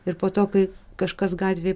ir po to kai kažkas gatvėj